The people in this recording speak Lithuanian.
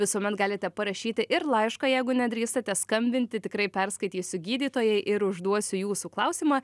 visuomet galite parašyti ir laišką jeigu nedrįstate skambinti tikrai perskaitysiu gydytojai ir užduosiu jūsų klausimą